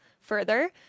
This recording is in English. further